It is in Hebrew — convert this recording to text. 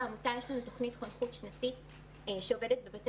בעמותה יש לנו תוכנית חונכות שנתית שעובדת בבתי